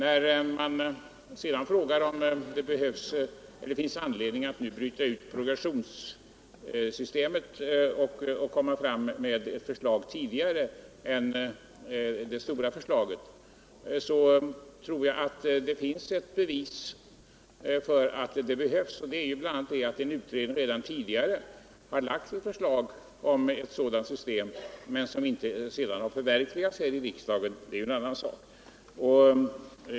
Vad sedan gäller frågan om det finns anledning att nu bryta ut progressionssystemet och att lägga fram ett förslag beträffande detta före det stora förslaget tror jag att det finns ett bevis för att detta behövs, nämligen bl.a. att en utredning redan tidigare har utarbetat ett förslag till ett sådant system. Att det sedan inte har förverkligats av riksdagen är ju en annan sak.